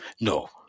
No